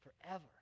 forever